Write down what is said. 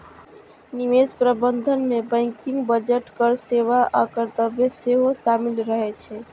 निवेश प्रबंधन मे बैंकिंग, बजट, कर सेवा आ कर्तव्य सेहो शामिल रहे छै